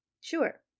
Sure